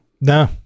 no